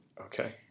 Okay